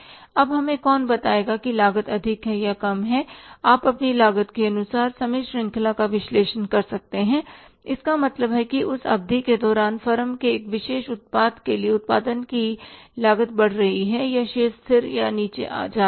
अब हमें कौन बताएगा कि लागत अधिक है या कम है आप अपनी लागत के अनुसार समय श्रृंखला का विश्लेषण कर सकते हैं इसका मतलब है कि उस अवधि के दौरान फर्म के एक विशेष उत्पाद के लिए उत्पादन की लागत बढ़ रही है या शेष स्थिर या नीचे जा रहा है